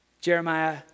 Jeremiah